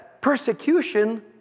persecution